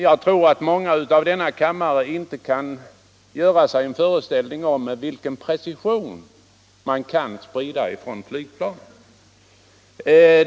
Jag tror att många i denna kammare inte kan göra sig en föreställning om med vilken precision man kan utföra spridningen från flygplan.